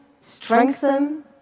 strengthen